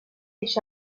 est